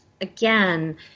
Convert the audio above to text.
again